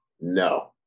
No